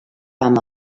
amb